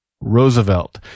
Roosevelt